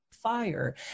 fire